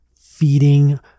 feeding